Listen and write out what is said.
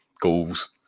goals